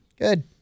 Good